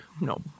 no